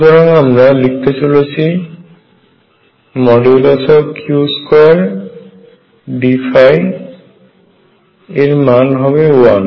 সুতরাং আমরা লিখতে চলেছি Q2dϕ এর মান হবে 1